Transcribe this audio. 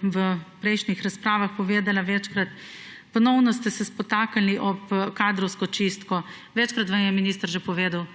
v prejšnjih razpravah večkrat povedala, ponovno ste se spotaknili ob kadrovsko čistko. Večkrat vam je minister že povedal,